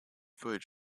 footage